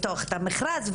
לפתוח מכרז,